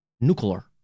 nuclear